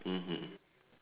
mmhmm